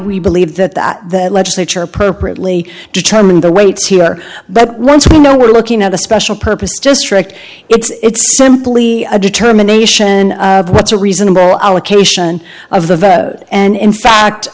e believe that that the legislature appropriately determine the weight but once we know we're looking at a special purpose just tricked it's simply a determination of what's a reasonable allocation of the vote and in